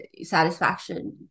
satisfaction